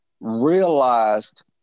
realized